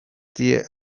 dira